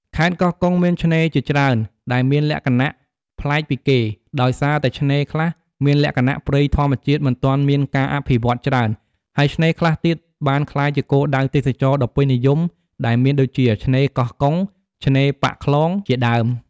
ខេត្តកោះកុងមានឆ្នេរជាច្រើនដែលមានលក្ខណៈប្លែកពីគេ ដោយសារតែឆ្នេរខ្លះមានលក្ខណៈព្រៃធម្មជាតិមិនទាន់មានការអភិវឌ្ឍន៍ច្រើន ហើយឆ្នេរខ្លះទៀតបានក្លាយជាគោលដៅទេសចរណ៍ដ៏ពេញនិយម ដែលមានដូចជា ឆ្នេរកោះកុង ឆ្នេរប៉ាក់ខ្លងជាដើម។